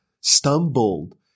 stumbled